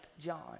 John